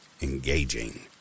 engaging